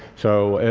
so,